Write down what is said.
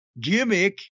gimmick